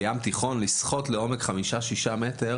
בים התיכון, לשחות לעומק של חמישה-שישה מטר